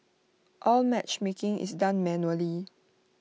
all matchmaking is done manually